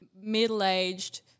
middle-aged